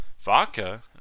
vodka